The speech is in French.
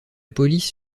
police